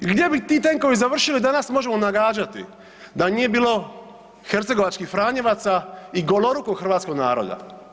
Gdje bi ti tenkovi završili danas možemo nagađati da nije bilo hercegovačkih franjevaca i golorukog hrvatskog naroda?